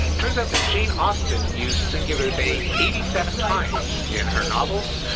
turns out that jane austin used singular they eighty seven times in her novels,